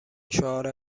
شعار